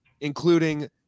including